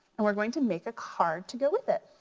and we're going to make a card to go with it.